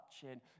touching